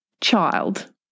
child